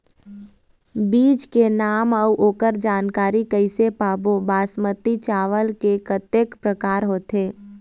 बीज के नाम अऊ ओकर जानकारी कैसे पाबो बासमती चावल के कतेक प्रकार होथे?